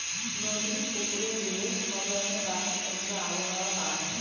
নদী, পুকুরে, বিলে সব রকমের বাস্তুতন্ত্র আবহাওয়া পায়